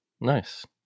Nice